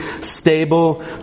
stable